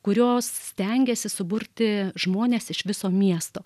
kurios stengiasi suburti žmones iš viso miesto